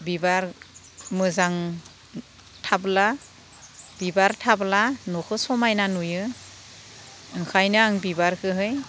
बिबार मोजां थाब्ला बिबार थाब्ला न'खौ समायना नुयो ओंखायनो आं बिबारखौहाय